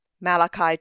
malachi